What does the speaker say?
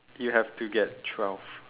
you have to get twelve